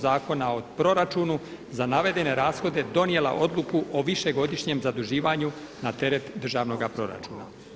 Zakona o proračunu za navedene rashode donijela odluku o višegodišnjem zaduživanju na teret državnoga proračuna.